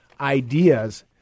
ideas